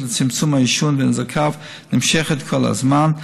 לצמצום העישון ונזקיו נמשכת כל הזמן.